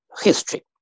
history